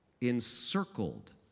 encircled